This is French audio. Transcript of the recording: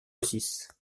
six